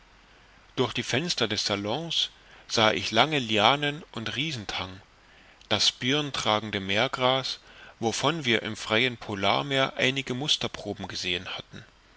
durch die fenster des salons sah ich lange lianen und riesentang das birntragende meergras wovon wir im freien polarmeer einige musterproben gesehen hatten